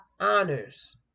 honors